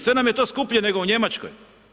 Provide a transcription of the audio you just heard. Sve nam je to skuplje nego u Njemačkoj.